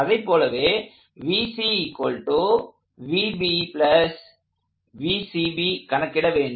அதைப்போலவே கணக்கிட வேண்டும்